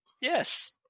Yes